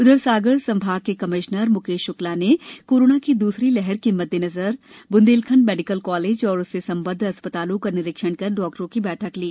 उधर सागर संभाग के कमिश्नर मुकेश शुक्ला ने कोरोना की दूसरी लहर के मददेनजर बुंदेलखंड मेडिकल कॉलेज और उससे संबद्ध अस्पतालों का निरीक्षण कर डॉक्टरों की बैठक ली